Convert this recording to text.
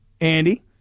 Andy